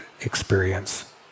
experience